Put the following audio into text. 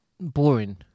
boring